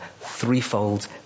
threefold